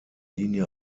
linie